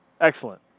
Excellent